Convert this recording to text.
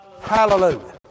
hallelujah